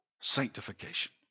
sanctification